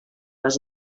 les